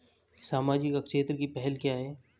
सामाजिक क्षेत्र की पहल क्या हैं?